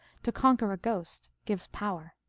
to conquer a ghost gives power.